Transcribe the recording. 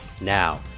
Now